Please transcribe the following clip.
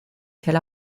tel